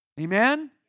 Amen